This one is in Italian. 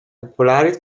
popolare